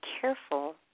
careful